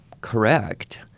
correct